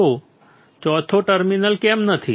તો ચોથો ટર્મિનલ કેમ નથી